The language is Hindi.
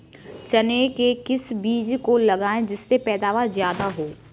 चने के किस बीज को लगाएँ जिससे पैदावार ज्यादा हो?